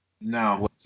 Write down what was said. No